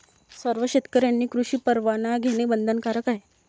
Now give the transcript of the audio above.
सर्व शेतकऱ्यांनी कृषी परवाना घेणे बंधनकारक आहे